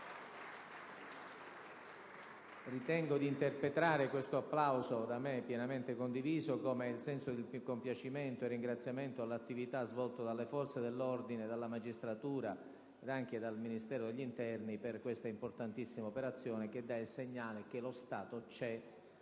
Ritengo di interpretare questo applauso, da me pienamente condiviso, come il senso di compiacimento e ringraziamento per le attività svolte dalle forze dell'ordine, dalla magistratura e anche dal Ministero degli interni per questa importantissima operazione, che dà il segnale che lo Stato c'è,